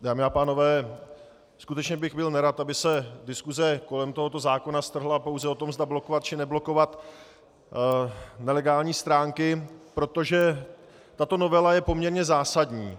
Dámy a pánové, skutečně bych byl nerad, aby se diskuse kolem tohoto zákona strhla pouze o tom, zda blokovat, či neblokovat nelegální stránky, protože tato novela je poměrně zásadní.